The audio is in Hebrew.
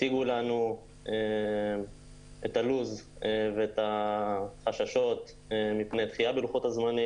הציגו לנו את הלו"ז ואת החששות מפני דחייה בלוחות הזמנים.